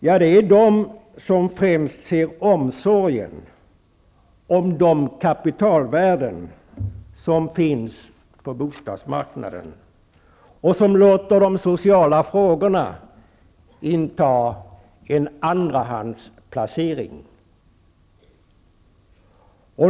Ja, det är de som främst ser omsorgen om de kapitalvärden som finns på bostadsmarknaden och som låter de sociala frågorna inta en andrahandsplats.